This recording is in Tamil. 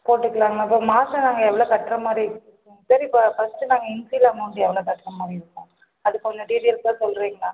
போட்டுக்கலாமா சார் மாதம் நாங்கள் எவ்வளோ கட்டுற மாதிரி சார் இப்போ ஃபஸ்ட்டு நாங்கள் இனிஷியல் அமௌண்ட் எவ்வளோ கட்டுற மாதிரி இருக்கும் அதுக்கான டீடெயில்ஸ்லாம் சொல்லுறிங்களா